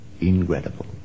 incredible